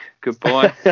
Goodbye